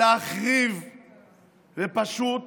להחריב ופשוט